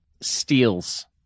steals